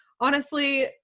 honestly-